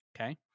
Okay